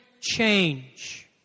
change